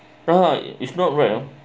ha it's not right uh